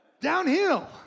Downhill